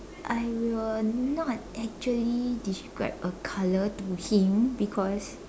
I will not actually describe a color to him because